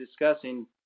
discussing